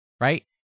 Right